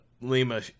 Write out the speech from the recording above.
Lima